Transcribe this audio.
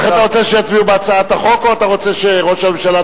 לכן אתה רוצה שיצביעו בהצעת החוק או שאתה רוצה שראש הממשלה,